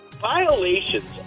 Violations